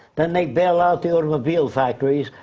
then they bailed out the automobile factories.